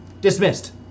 Dismissed